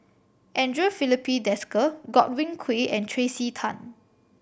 Andre Filipe Desker Godwin Koay and Tracey Tan